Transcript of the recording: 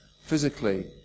Physically